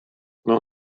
non